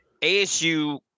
asu